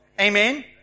Amen